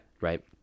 Right